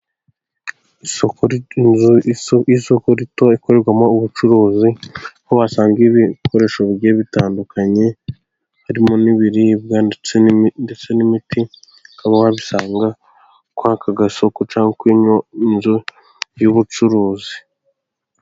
Isoko ry'inzu, isoko rito rikorerwamo ubucuruzi ,aho wasanga ibikoresho bigiye bitandukanye harimo n'ibiribwa ndetse n'imiti, ukaba wabisanga kuri aka gasoko cyangwa kuri ino nzu y'ubucuruzi.